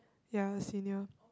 ya senior